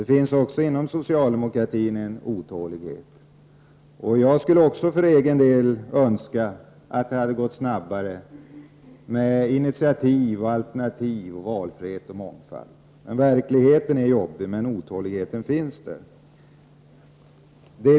Det finns också inom socialdemokratin en otålighet. Även jag skulle för egen del önska att det hade gått snabbare framåt när det gäller initiativ, alternativ, valfrihet och mångfald. Verkligheten är jobbig. Men det finns en otålighet.